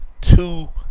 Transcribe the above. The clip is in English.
two